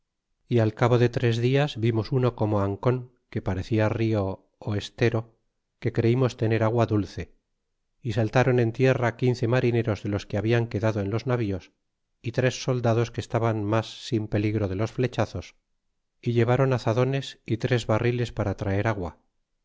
y al cabo de tres dias vimos uno como ancon que parecia rio ú estero que creímos tener agua dulce y saltron en tierra quince marineros de los que hablan quedado en los navíos y tres soldados que estaban mas sin peligro de los flechazos y llevron azadones y tres barriles para traer agua